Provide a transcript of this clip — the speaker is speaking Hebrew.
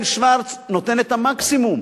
ישראל שוורץ נותן את המקסימום.